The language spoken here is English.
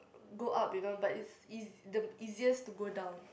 go up you know but it's it's the easiest to go down